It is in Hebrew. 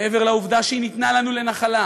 מעבר לעובדה שהיא ניתנה לנו לנחלה,